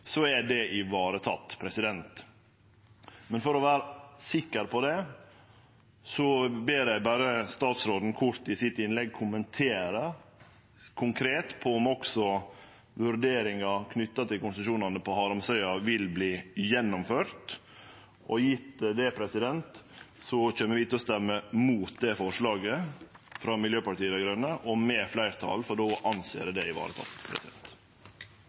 er det vareteke. For å vere sikker på det ber eg statsråden i sitt innlegg kort kommentere konkret om også vurderinga knytt til konsesjonane på Haramsøya vil verte gjennomført, og gitt det kjem vi til å stemme mot det forslaget frå Miljøpartiet Dei Grøne og med fleirtalet. Då ser vi det